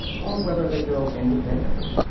or whether they go independently,